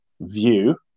view